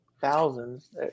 thousands